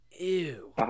Ew